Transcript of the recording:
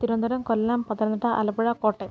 Thiruvananthapuram Kollam Pathanamthitta Alappuzha Kottayam